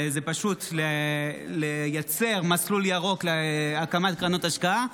זה פשוט לייצר מסלול ירוק להקמת קרנות השקעה,